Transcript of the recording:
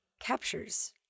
captures